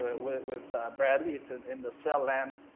but with with bradley, it's and in the cell land